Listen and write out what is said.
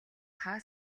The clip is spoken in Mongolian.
хаа